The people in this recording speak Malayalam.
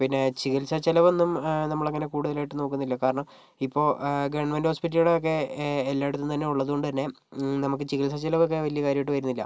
പിന്നെ ചികിത്സ ചിലവൊന്നും നമ്മളങ്ങനെ കൂടുതലായിട്ട് നോക്കുന്നില്ല കാരണം ഇപ്പോൾ ഗവൺമെൻറ് ഹോസ്പിറ്റലുകളും ഒക്കെ എല്ലായിടത്തും തന്നെ ഉള്ളതു കൊണ്ട് തന്നെ നമുക്ക് ചികിത്സ ചിലവൊക്കെ വലിയ കാര്യമായിട്ട് വരുന്നില്ല